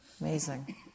Amazing